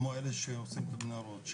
כמו אלה שעושים את המנהרות,